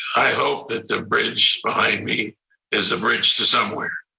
i hope that the bridge behind me is a bridge to somewhere.